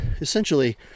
essentially